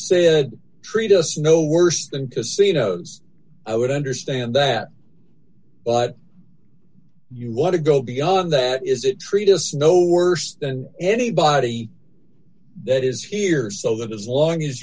to treat us no worse than casinos i would understand that but you want to go beyond that is it treatise no worse than anybody that is here so that as long as